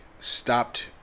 stopped